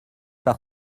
par